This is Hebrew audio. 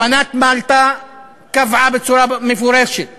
אמנת מלטה קבעה בצורה מפורשת